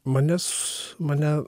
manęs mane